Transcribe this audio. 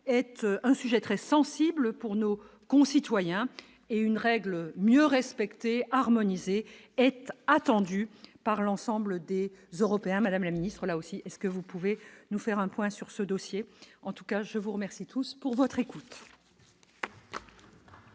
être un sujet très sensible pour Nos concitoyens et une règle mieux respectée harmoniser être attendu par l'ensemble des Européens, Madame la Ministre, là aussi, est ce que vous pouvez nous faire un point sur ce dossier en tout cas je vous remercie tous pour votre écoute.